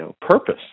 purpose